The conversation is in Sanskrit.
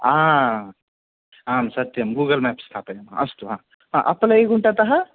आ आम् सत्यं गूगल् मेप् स्थापयामि अस्तु हा अप्पलय्यगुण्टतः